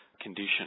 condition